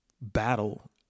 battle